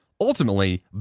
Ultimately